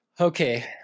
Okay